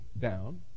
down